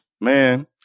Man